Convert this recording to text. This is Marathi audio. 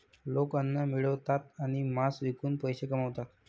लोक अन्न मिळवतात आणि मांस विकून पैसे कमवतात